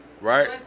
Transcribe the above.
Right